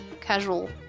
casual